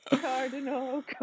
Cardinal